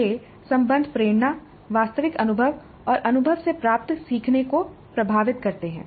ये संबंध प्रेरणा वास्तविक अनुभव और अनुभव से प्राप्त सीखने को प्रभावित करते हैं